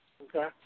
Okay